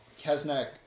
Kesnek